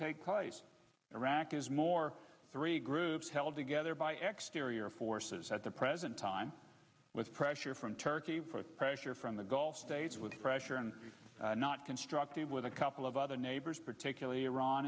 take iraq is more three groups held together by exteriors forces at the present time with pressure from turkey put pressure from the gulf states with pressure and not constructive with a couple of other neighbors particularly iran